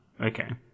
okay